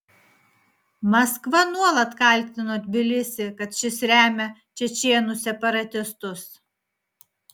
maskva nuolat kaltino tbilisį kad šis remia čečėnų separatistus